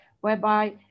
whereby